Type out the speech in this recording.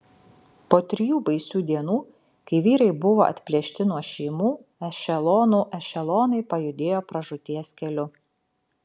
po trijų baisių dienų kai vyrai buvo atplėšti nuo šeimų ešelonų ešelonai pajudėjo pražūties keliu